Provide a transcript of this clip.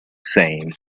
same